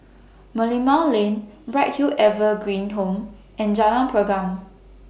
Merlimau Lane Bright Hill Evergreen Home and Jalan Pergam